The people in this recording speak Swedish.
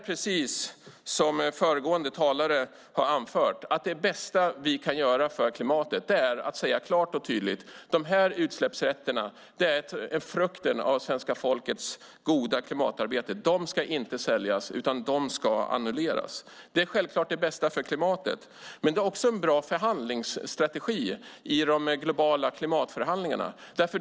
Precis som föregående talare har anfört är det bästa vi kan göra för klimatet att klart och tydigt säga: De här utsläppsrätterna är frukten av svenska folkets goda klimatarbete. De ska inte säljas, utan de ska annulleras. Det är självklart det bästa för klimatet, men det är också en bra förhandlingsstrategi i de globala klimatförhandlingarna.